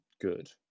good